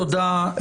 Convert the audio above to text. תודה.